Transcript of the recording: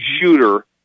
shooter